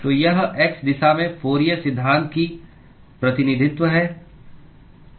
तो यह x दिशा में फूरियर Fourier's सिद्धांत का प्रतिनिधित्व है